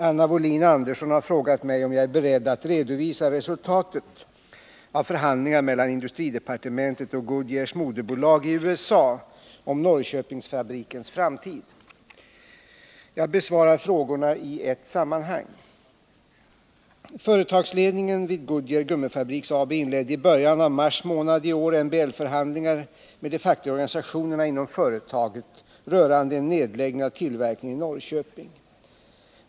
Anna Wohlin-Andersson har frågat mig om jag är beredd att redovi resultatet av förhandlingar mellan industridepartementet och Goodvears Jag besvarar frågorna i ett sammanhang. Företagsledningen vid Goodyear Gummi Fabriks AB inledde i början av mars månad i år MBL-förhandlingar med de fackliga organisationerna inom företaget rörande en nedläggning av tillverkningen i Norrköping.